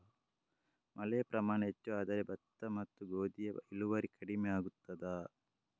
ಮಳೆಯ ಪ್ರಮಾಣ ಹೆಚ್ಚು ಆದರೆ ಭತ್ತ ಮತ್ತು ಗೋಧಿಯ ಇಳುವರಿ ಕಡಿಮೆ ಆಗುತ್ತದಾ?